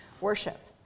worship